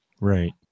Right